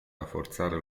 rafforzare